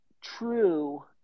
true